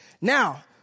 Now